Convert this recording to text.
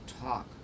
talk